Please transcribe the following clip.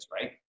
right